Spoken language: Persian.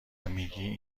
میگی